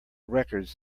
records